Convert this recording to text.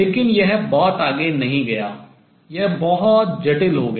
लेकिन यह बहुत आगे नहीं गया यह बहुत जटिल हो गया